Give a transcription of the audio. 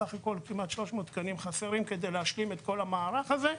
סך הכול כמעט 300 תקנים חסרים על מנת להשלים את כל המערך הזה.